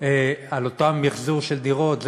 על אותו מחזור של דירות,